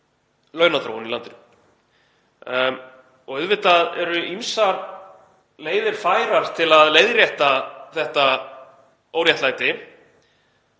launaþróun í landinu. Auðvitað eru ýmsar leiðir færar til að leiðrétta þetta óréttlæti.